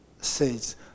says